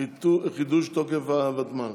חידוש תוקף הוותמ"ל.